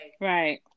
Right